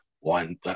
one